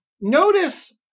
Notice